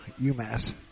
UMass